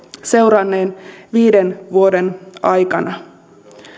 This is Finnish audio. seuranneiden viiden vuoden aikana